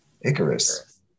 Icarus